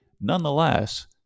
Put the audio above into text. Nonetheless